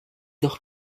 noch